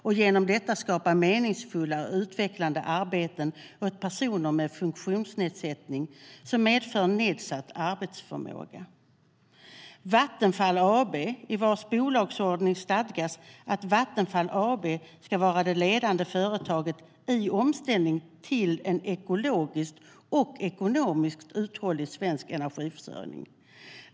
Genom detta ska Samhall skapa meningsfulla och utvecklande arbeten åt personer med funktionsnedsättning som medför nedsatt arbetsförmåga.I Vattenfall AB:s bolagsordning stadgas att Vattenfall AB ska vara det ledande företaget i omställningen till en ekologiskt och ekonomiskt uthållig svensk energiförsörjning.